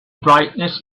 brightness